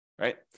right